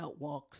outwalks